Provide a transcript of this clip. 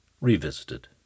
Revisited